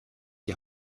die